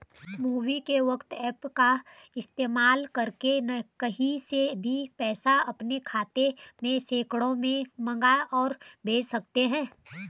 MobiKwik app का इस्तेमाल करके कहीं से भी पैसा अपने खाते में सेकंडों में मंगा और भेज सकते हैं